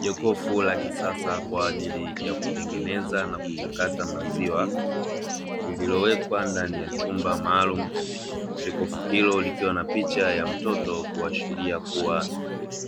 Jokofu la kisasa kwa ajili ya kutengeneza na kuchakata maziwa, lililowekwa ndani ya chumba maalumu. Jokofu hilo likiwa na picha ya mtoto kuashiria kuwa